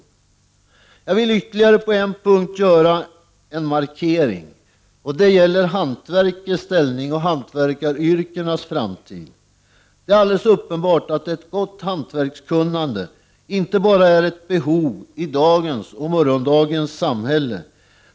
På en punkt vill jag göra ytterligare en markering, och det gäller hantverkets ställning och hantverkaryrkenas framtid. Det är alldeles uppenbart att ett gott hantverkskunnande inte bara är ett behov i dagens och morgondagens samhälle.